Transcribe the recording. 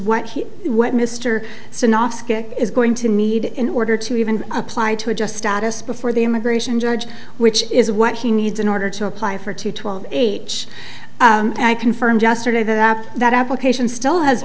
nasca is going to need in order to even apply to adjust status before the immigration judge which is what he needs in order to apply for to twelve and i confirmed yesterday that app that application still has